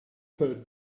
hurt